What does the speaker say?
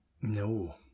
No